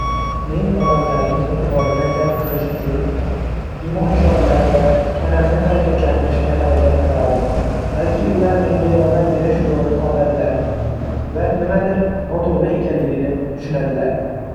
Men odamlarning e'tiborini jalb qilish uchun imo-ishoralar va tanamni harakatlantirishga harakat qilardim. Balki, ular menga yordam berish yo‘lini topadilar va nimadir noto‘g‘ri ekanligini tushunadilar.